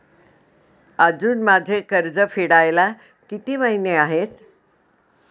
अजुन माझे कर्ज फेडायला किती महिने आहेत?